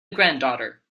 granddaughter